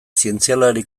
zientzialari